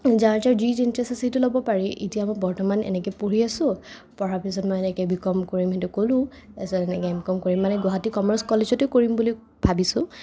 যাৰ যাৰ যি যি ইণ্টাৰেষ্ট আছে সেইটো ল'ব পাৰি এতিয়া মই বৰ্তমান এনেকে পঢ়ি আছো পঢ়াৰ পাছত মই এনেকে বি কম কৰিম সেইটো মই ক'লো তাছত এনেকে এম কম কৰিম মানে গুৱাহাটী কমাৰ্চ কলেজতে কৰিম বুলি ভাবিছো